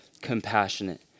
compassionate